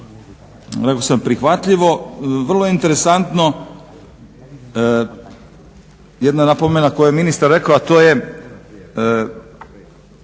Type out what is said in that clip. rekao sam prihvatljivo vrlo interesantno jedna napomena koju je ministar rekao a to je